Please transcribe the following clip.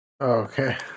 Okay